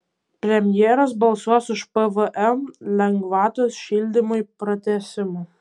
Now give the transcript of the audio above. premjeras balsuos už pvm lengvatos šildymui pratęsimą